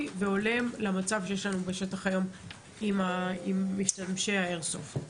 והולם שיש לנו בשטח היום עם משתמשי האיירסופט.